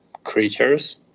Creatures